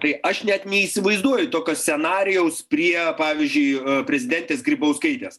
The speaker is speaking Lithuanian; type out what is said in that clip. tai aš net neįsivaizduoju tokio scenarijaus prie pavyzdžiui prezidentės grybauskaitės